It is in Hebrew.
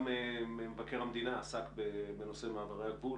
גם מבקר המדינה עסק בנושא מעברי הגבול